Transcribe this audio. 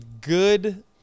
good